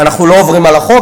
אנחנו לא עוברים על החוק.